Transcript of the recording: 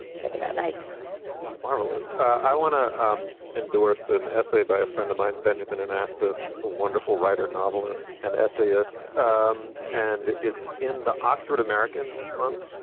check it out. nice marvelous. i want to um endorse an essay by a friend of mine, benjamin, and asked this ah wonderful writer, novelist and essayist um and it's in the oxford american this month.